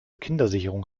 kindersicherung